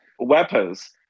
weapons